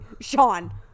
Sean